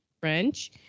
French